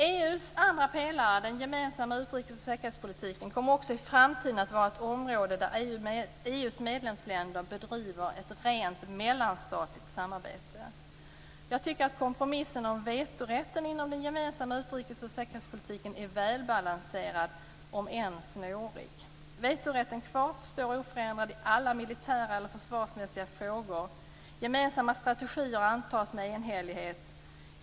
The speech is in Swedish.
EU:s andra pelare, den gemensamma utrikes och säkerhetspolitiken, kommer också i framtiden att vara ett område där EU:s medlemsländer bedriver ett rent mellanstatligt samarbete. Jag tycker att kompromissen om vetorätten inom den gemensamma utrikes och säkerhetspolitiken är välbalanserad, om än snårig. Vetorätten kvarstår oförändrad i alla militära eller försvarsmässiga frågor. Gemensamma strategier antas med enhällighet.